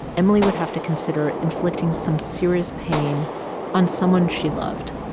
emily would have to consider inflicting some serious pain on someone she loved.